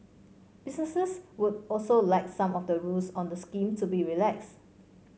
businesses would also like some of the rules on the scheme to be relaxed